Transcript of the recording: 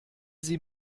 sie